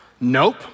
Nope